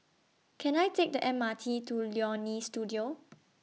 Can I Take The M R T to Leonie Studio